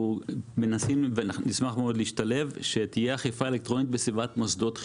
נשמח מאוד להשתלב כדי שתהיה אכיפה אלקטרונית בסביבת מוסדות חינוך.